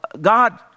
God